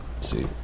See